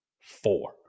Four